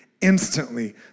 instantly